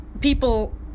people